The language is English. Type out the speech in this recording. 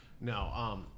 No